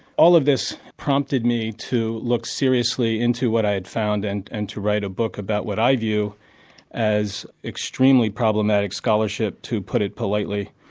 all of this prompted me to look seriously into what i had found and and to write a book about what i view as extremely problematic scholarship, to put it politely,